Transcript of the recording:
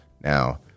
Now